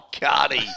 Cardi